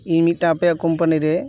ᱤᱧ ᱢᱤᱫᱴᱟᱝ ᱟᱯᱮᱭᱟᱜ ᱠᱳᱢᱯᱟᱱᱤ ᱨᱮ